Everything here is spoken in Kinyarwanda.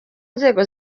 nzego